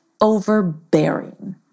overbearing